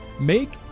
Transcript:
Make